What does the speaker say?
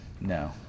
No